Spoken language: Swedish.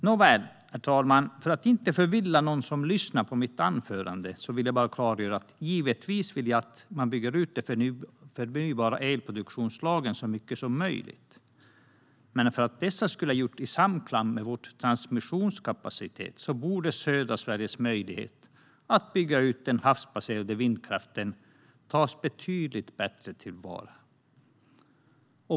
Nåväl, herr talman, för att inte förvilla någon som lyssnar på mitt anförande vill jag klargöra att jag givetvis vill bygga ut de förnybara elproduktionsslagen så mycket som möjligt. Men för att göra detta i samklang med vår transmissionskapacitet borde södra Sveriges möjlighet att bygga ut den havsbaserade vindkraften tas betydligt bättre till vara.